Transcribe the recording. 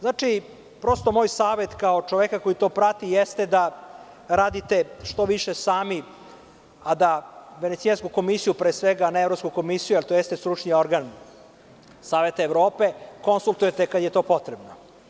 Znači, prosto moj savet, kao čoveka koji to prati, jeste da radite što više sami a da Venecijansku komisiju pre svega, ne Evropsku komisiju jer to jeste stručni organ Saveta Evrope, konsultujete kada je to potrebno.